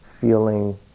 feeling